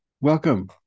welcome